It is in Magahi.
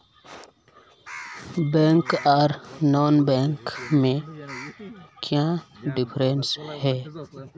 बैंक आर नॉन बैंकिंग में क्याँ डिफरेंस है?